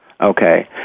Okay